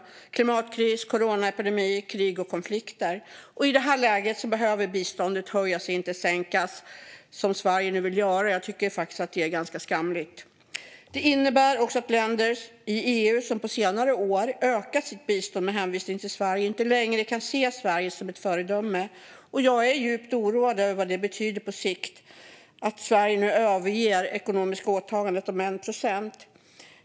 Det är klimatkris, coronaepidemi, krig och konflikter. I det här läget behöver biståndet höjas och inte sänkas, som Sverige nu vill göra. Jag tycker att det är ganska skamligt. Detta innebär också att länder i EU som på senare år har ökat sitt bistånd med hänvisning till Sverige inte längre kan se Sverige som ett föredöme. Jag är djupt oroad över vad det betyder på sikt att Sverige nu överger det ekonomiska åtagandet om 1 procent.